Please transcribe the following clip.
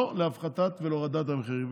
לא להפחתה ולהורדת המחירים.